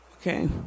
Okay